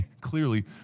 clearly